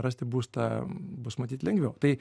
rasti būstą bus matyt lengviau tai